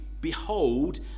behold